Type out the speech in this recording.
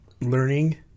learning